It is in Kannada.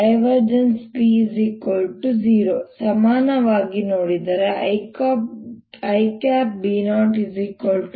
B0 ಸಮಾನವಾಗಿ ನೋಡಿದರೆ ನಾನು i